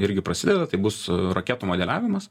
irgi prasideda tai bus raketų modeliavimas